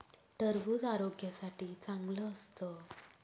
टरबूज आरोग्यासाठी चांगलं असतं